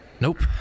Nope